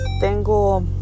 tengo